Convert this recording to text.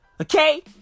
Okay